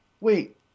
Wait